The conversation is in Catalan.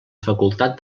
facultat